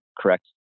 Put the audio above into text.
correct